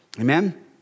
Amen